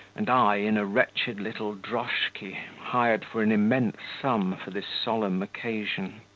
and i in a wretched little droshky, hired for an immense sum for this solemn occasion.